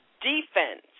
defense